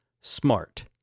SMART